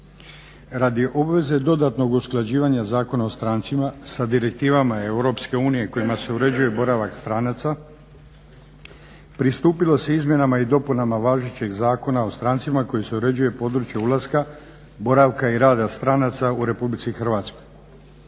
Radi obveze dodatnog usklađivanja Zakona o strancima sa direktivama Europske unije kojima se uređuje boravak stranaca pristupilo se izmjenama i dopunama važećeg Zakona o strancima kojim se uređuje područje ulaska, boravka i rada stranaca u Republici Hrvatskoj.